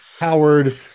Howard